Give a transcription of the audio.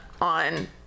on